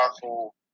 powerful